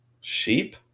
Sheep